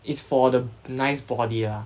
is for the nice body ah